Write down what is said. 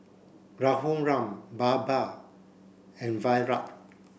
Raghuram Baba and Virat